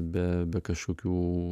be be kažkokių